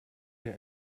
der